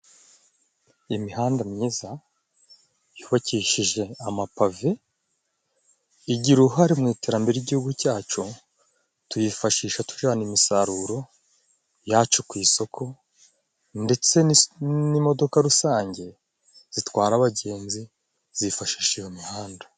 Imihanda myiza ,yubakishije amapave ,igira uruhare mu iterambere ryigihugu cyacu ,tuyifashisha tujyana imisaruro yacu ku isoko ndetse n'imodoka rusange zitwara abagenzi zifashisha iyo mihanda.